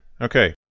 Okay